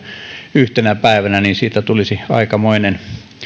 yhtenä päivänä niin siitä tulisi aikamoinen